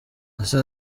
ese